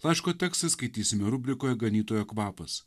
laiško tekstą skaitysime rubrikoje ganytojo kvapas